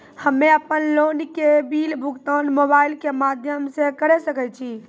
हम्मे अपन लोन के बिल भुगतान मोबाइल के माध्यम से करऽ सके छी?